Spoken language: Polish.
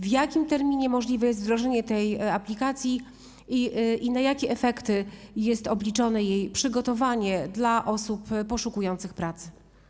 W jakim terminie możliwe jest wdrożenie tej aplikacji i na jakie efekty jest obliczone jej przygotowanie dla osób poszukujących pracy?